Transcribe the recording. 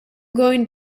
going